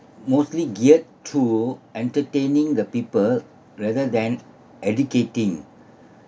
mostly geared to entertaining the people rather than educating